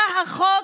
בא החוק,